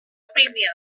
premiere